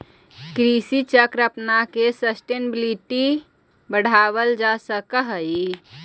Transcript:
कृषि चक्र अपनाके सस्टेनेबिलिटी बढ़ावल जा सकऽ हइ